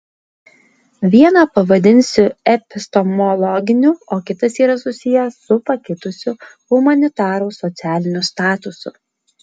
vieną pavadinsiu epistemologiniu o kitas yra susijęs su pakitusiu humanitarų socialiniu statusu